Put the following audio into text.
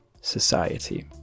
society